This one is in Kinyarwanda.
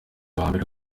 wambere